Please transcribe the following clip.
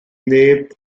neb